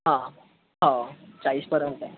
हा हो चाळीसपर्यंत